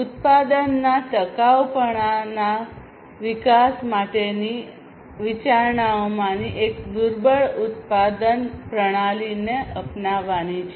ઉત્પાદનના ટકાઉ વિકાસ માટેની વિચારણાઓમાંની એક દુર્બળ ઉત્પાદન પ્રણાલીને અપનાવવાની છે